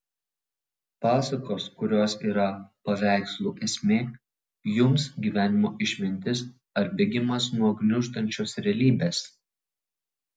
pasakos kurios yra paveikslų esmė jums gyvenimo išmintis ar bėgimas nuo gniuždančios realybės